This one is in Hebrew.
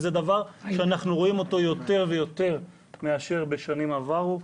וזה דבר שאנחנו רואים אותו יותר ויותר מאשר בשנים עברו,